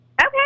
Okay